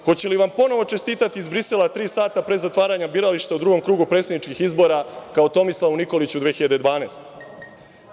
Hoće li vam ponovo čestitati iz Brisela tri sata pre zatvaranja birališta u drugom krugu predsedničkih izbora, kao Tomislavu Nikoliću 2012. godine?